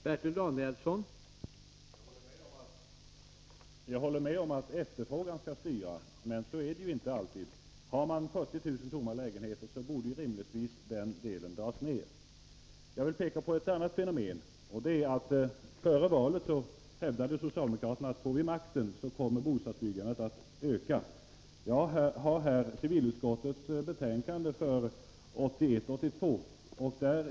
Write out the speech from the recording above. Herr talman! Jag håller med om att efterfrågan skall styra. Men så är det ju inte alltid. Har man 40 000 tomma lägenheter, så borde rimligtvis den del av byggandet som avser lägenheter dras ned. Det är ett annat fenomen som jag vill peka på. Före valet hävdade socialdemokraterna att ”får vi makten så kommer bostadsbyggandet att öka”. Jag har här civilutskottets betänkande för 1981/1982.